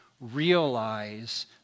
realize